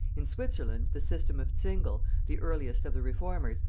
in switzerland, the system of zwingle, the earliest of the reformers,